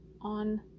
on